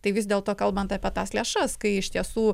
tai vis dėlto kalbant apie tas lėšas kai iš tiesų